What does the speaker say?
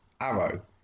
Arrow